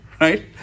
Right